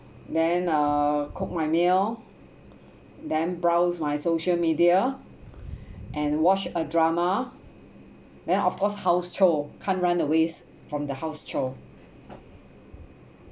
then uh cook my meal them browse my social media and watch a drama then of course house chore can't run away from the house chore